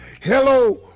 Hello